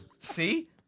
See